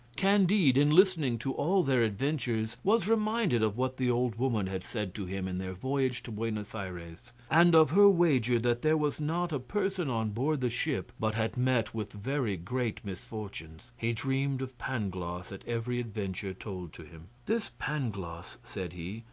candide, in listening to all their adventures, was reminded of what the old woman had said to him in their voyage to buenos ayres, and of her wager that there was not a person on board the ship but had met with very great misfortunes. he dreamed of pangloss at every adventure told to him. this pangloss, said he,